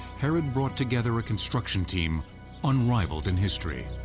herod brought together a construction team unrivaled in history.